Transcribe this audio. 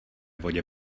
vodě